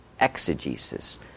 exegesis